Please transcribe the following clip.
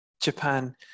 Japan